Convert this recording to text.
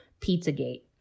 Pizzagate